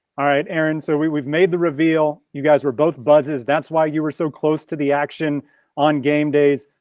all right, aaron. so we've made the reveal you guys were both buzz. that's why you were so close to the action on game days.